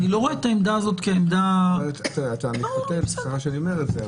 אני לא רואה את העמדה הזאת כעמדה --- סליחה שאני אומר את זה,